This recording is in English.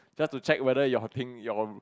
just to check whether your thing your